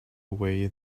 way